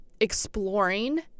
exploring